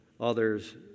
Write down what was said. others